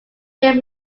game